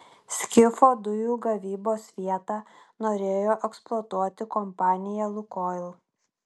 skifo dujų gavybos vietą norėjo eksploatuoti kompanija lukoil